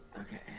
Okay